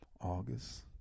August